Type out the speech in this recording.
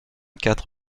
quatre